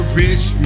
rich